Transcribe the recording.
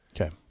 Okay